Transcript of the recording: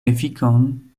efikon